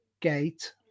gate